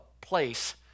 place